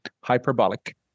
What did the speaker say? Hyperbolic